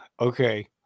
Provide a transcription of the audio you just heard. Okay